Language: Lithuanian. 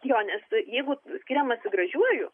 jo nes jeigu skiriamasi gražiuoju